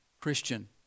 christian